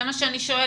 אני משווה